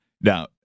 Now